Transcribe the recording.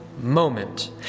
Moment